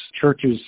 churches